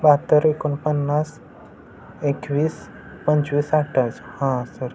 बाहत्तर एकोणपन्नास एकवीस पंचवीस अठ्ठावीस हां सर